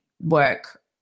work